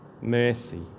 mercy